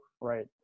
right